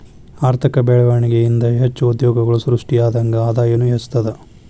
ಆರ್ಥಿಕ ಬೆಳ್ವಣಿಗೆ ಇಂದಾ ಹೆಚ್ಚು ಉದ್ಯೋಗಗಳು ಸೃಷ್ಟಿಯಾದಂಗ್ ಆದಾಯನೂ ಹೆಚ್ತದ